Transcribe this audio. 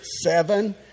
seven